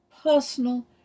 personal